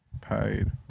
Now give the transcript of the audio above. Paid